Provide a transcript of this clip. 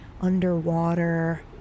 underwater